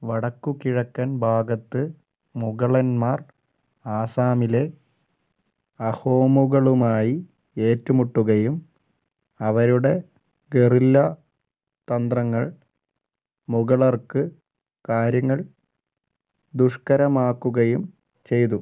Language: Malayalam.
വടക്കുകിഴക്കൻ ഭാഗത്ത് മുഗളന്മാർ ആസാമിലെ അഹോമുകളുമായി ഏറ്റുമുട്ടുകയും അവരുടെ ഗറില്ലാ തന്ത്രങ്ങൾ മുഗളർക്ക് കാര്യങ്ങൾ ദുഷ്കരമാക്കുകയും ചെയ്തു